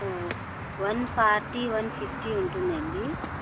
ఒక one forty one fifty ఉంటుంది అండి